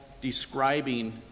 describing